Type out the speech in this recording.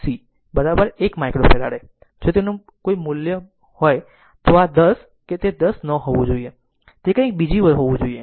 c 1 microfarad જો તેનું બીજું કોઈ મૂલ્ય હોત તો આ 10 તે 10 ન હોવું જોઈએ તે કંઈક બીજું હોવું જોઈએ